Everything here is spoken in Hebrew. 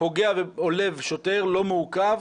פוגע ועולב בשוטר לא מעוכב